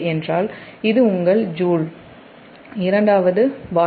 என்றால் இது உங்கள் ஜூல் இரண்டாவது வாட்